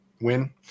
win